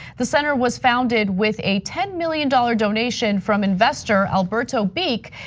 the center was founded with a ten million dollars donation from investor alberto beeck,